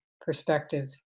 perspective